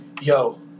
yo